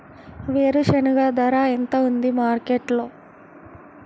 వేరుశెనగ ధర ఎంత ఉంది మార్కెట్ లో?